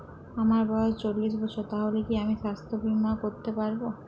আমার বয়স চল্লিশ বছর তাহলে কি আমি সাস্থ্য বীমা করতে পারবো?